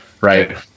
right